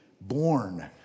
born